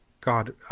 God